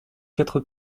quatre